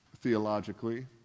theologically